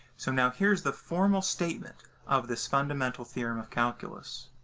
so now, here's the formal statement of this fundamental theorem of calculus.